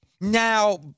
Now